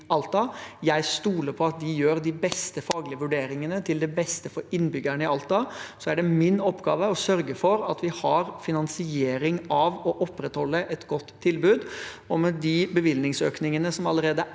Jeg stoler på at de gjør de beste faglige vurderingene – til beste for innbyggerne i Alta. Så er det min oppgave å sørge for at vi har finansiering av og opprettholder et godt tilbud. Med de bevilgningsøkningene som allerede er